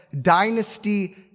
dynasty